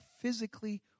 physically